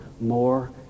more